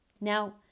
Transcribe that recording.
Now